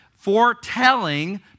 foretelling